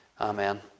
Amen